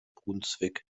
brunswick